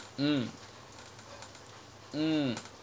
mm mm